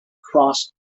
cross